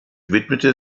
widmete